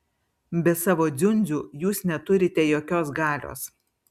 be savo dziundzių jūs neturite jokios galios